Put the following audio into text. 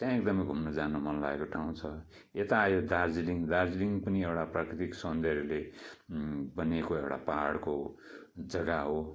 त्याँ एकदमै घुम्न जान मन लागेको ठाउँ छ यता आयो दार्जिलिङ दार्जिलिङ पनि एउटा प्राकृतिक सौन्दर्यले बनिएको एउडा पहाडको जग्गा हो